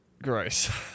gross